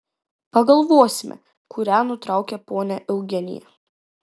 pagalvosime kurią nutraukė ponia eugenija